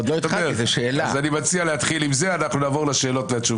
ואנחנו נתחיל עם הצהרות פתיחה,